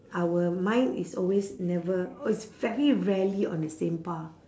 our mind is always never is very rarely on the same path